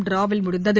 டிராவில் முடிவடைந்தது